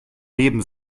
leben